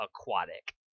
aquatic